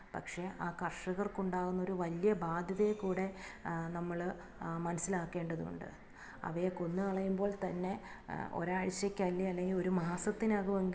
പക്ഷേ ആ കർഷകർക്ക് ഉണ്ടാകുന്നൊരു വലിയ ബാധ്യതയെ കൂടെ നമ്മൾ മനസ്സിലാക്കേണ്ടതുണ്ട് അവയെ കൊന്നുകളയുമ്പോൾ തന്നെ ഒരാഴ്ച്ചയ്ക്ക് അല്ലെങ്കിൽ ഒരു മാസത്തിനകമെങ്കിലും